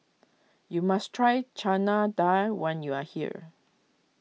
you must try Chana Dal when you are here